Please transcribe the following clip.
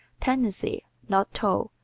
tendency, not toil,